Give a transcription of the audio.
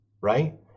right